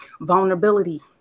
Vulnerability